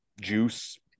juice